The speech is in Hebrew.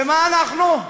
ומה אנחנו?